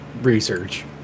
research